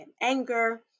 anger